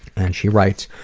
and she writes,